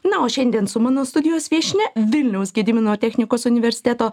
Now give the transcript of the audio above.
na o šiandien su mano studijos viešnia vilniaus gedimino technikos universiteto